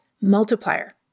multiplier